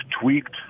tweaked –